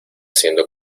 siendo